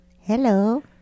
hello